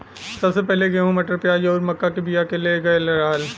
सबसे पहिले गेंहू, मटर, प्याज आउर मक्का के बिया के ले गयल रहल